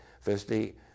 firstly